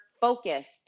focused